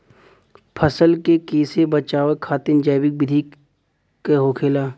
फसल के कियेसे बचाव खातिन जैविक विधि का होखेला?